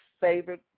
favorite